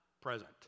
present